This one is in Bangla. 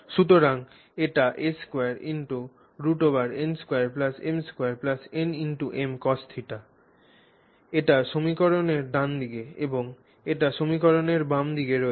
সুতরাং এটা a2√n2m2nm cosθ এটি সমীকরণের ডানদিকে এবং এটা সমীকরণের বাম দিকে রয়েছে